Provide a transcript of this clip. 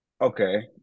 okay